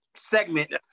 segment